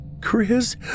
Chris